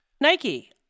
nike